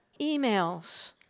emails